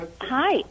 Hi